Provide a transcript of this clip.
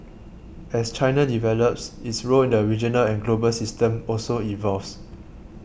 as China develops its role in the regional and global system also evolves